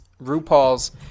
rupaul's